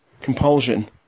compulsion